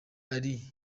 ari